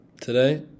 Today